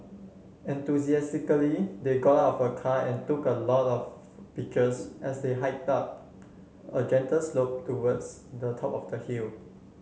enthusiastically they got out of a car and took a lot of pictures as they hike up a gentle slope towards the top of the hill